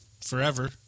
forever